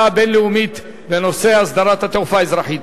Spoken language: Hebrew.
הבין-לאומית בנושא הסדרת התעופה האזרחית.